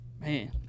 Man